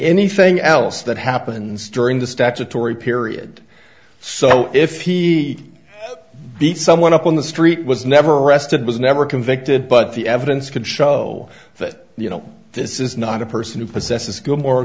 anything else that happens during the statutory period so if he beats someone up on the street was never arrested was never convicted but the evidence could show that you know this is not a person who possesses good moral